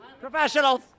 Professionals